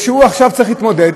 והוא עכשיו צריך להתמודד.